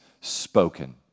spoken